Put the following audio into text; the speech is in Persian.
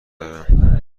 دارم